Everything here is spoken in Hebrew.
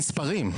מספרים.